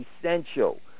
essential